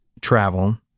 travel